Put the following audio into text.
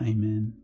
Amen